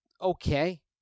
okay